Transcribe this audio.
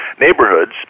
neighborhoods